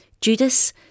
Judas